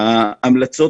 בהמלצות